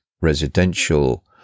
residential